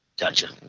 Gotcha